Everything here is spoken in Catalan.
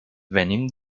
venim